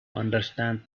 understand